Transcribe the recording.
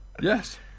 yes